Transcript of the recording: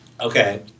Okay